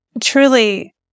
truly